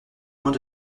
moins